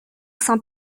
saint